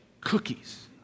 cookies